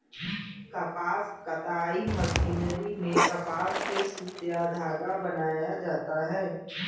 कपास कताई मशीनरी में कपास से सुत या धागा बनाया जाता है